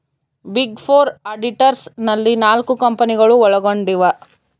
big four auditors ನಲ್ಲಿ ನಾಲ್ಕು ಕಂಪನಿಗಳು ಒಳಗೊಂಡಿವ